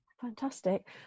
fantastic